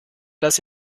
dass